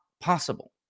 possible